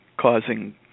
causing